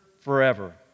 forever